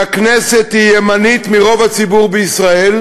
והכנסת היא ימנית מרוב הציבור בישראל,